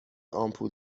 آمپول